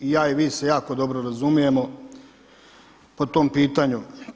I ja i vi se jako dobro razumijemo po tom pitanju.